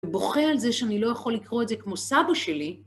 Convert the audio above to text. ובוכה על זה שאני לא יכול לקרוא את זה כמו סבא שלי.